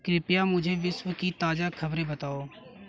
कृपया मुझे विश्व की ताज़ा खबरें बताओ